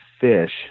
fish